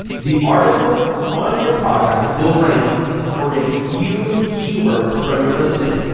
the article on your product will rank for a few keywords from your listing.